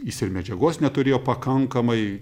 jis ir medžiagos neturėjo pakankamai